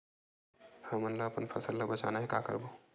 हमन ला अपन फसल ला बचाना हे का करबो?